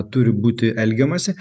turi būti elgiamasi